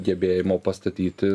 gebėjimo pastatyti